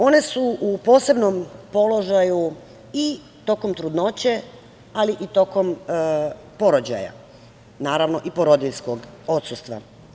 One su u posebnom položaju i tokom trudnoće, ali i tokom porođaja, naravno i porodiljskog odsustva.